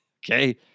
okay